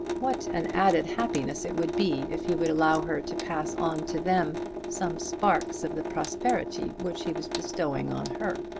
what an added happiness it would be if he would allow her to pass on to them some sparks of the prosperity which he was bestowing on her.